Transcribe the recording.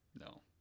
No